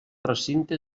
recinte